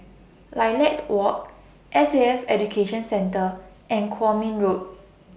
Lilac Walk S A F Education Centre and Kwong Min Road